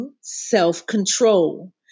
self-control